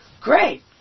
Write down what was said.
Great